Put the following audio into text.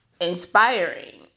inspiring